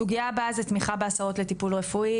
סוגיה הבאה היא תמיכה בהסעות לטיפולים רפואיים,